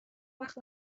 وقت